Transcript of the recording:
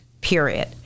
period